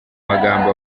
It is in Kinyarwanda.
magambo